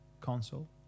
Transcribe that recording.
console